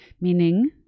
meaning